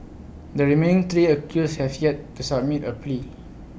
the remaining three accused have yet to submit A plea